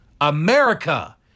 America